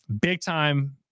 big-time